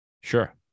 Sure